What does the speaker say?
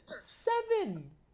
Seven